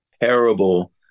terrible